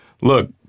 look